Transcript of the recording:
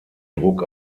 druck